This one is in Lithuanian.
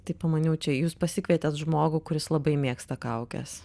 tai pamaniau čia jūs pasikvietėt žmogų kuris labai mėgsta kaukes